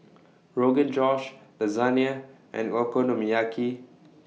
Rogan Josh Lasagne and Okonomiyaki